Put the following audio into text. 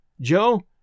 Joe